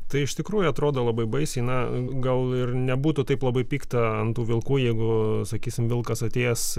tai iš tikrųjų atrodo labai baisiai na gal ir nebūtų taip labai pikta ant tų vilkų jeigu sakysim vilkas atėjęs